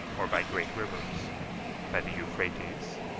or by great rivers by the euphrates,